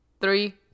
three